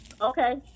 Okay